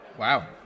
Wow